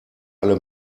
alle